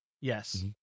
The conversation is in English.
Yes